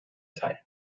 teil